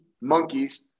monkeys